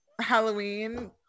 Halloween